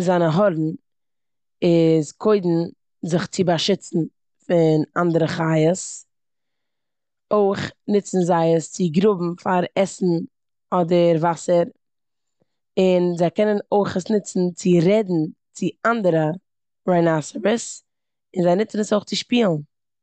זיינע הארן איז קודם זיך צו באשיצן פון אנדערע חיות. אויך נוצן זיי עס צו גראבן פאר עסן אדער וואסער און זיי קענען אויך עס נוצן צו רעדן צו אנדערע ריינאסעריס און זיי נוצן עס אויך צו שפילן.